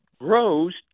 grows